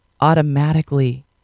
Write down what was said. automatically